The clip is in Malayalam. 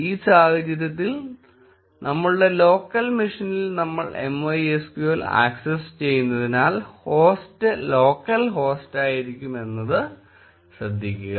ഈ സാഹചര്യത്തിൽ നമ്മളുടെ ലോക്കൽ മെഷീനിൽ നമ്മൾ MySQL ആക്സസ് ചെയ്യുന്നതിനാൽ ഹോസ്റ്റ് ലോക്കൽ ഹോസ്റ്റായിരിക്കുമെന്നത് ശ്രദ്ധിക്കുക